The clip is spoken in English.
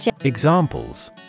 Examples